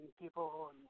people